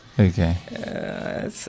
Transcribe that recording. Okay